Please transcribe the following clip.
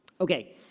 Okay